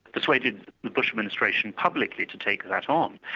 persuaded the bush administration publicly to take that on.